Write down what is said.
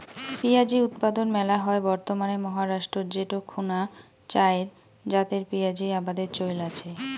পিঁয়াজী উৎপাদন মেলা হয় বর্তমানে মহারাষ্ট্রত যেটো খুনা চাইর জাতের পিয়াঁজী আবাদের চইল আচে